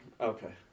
Okay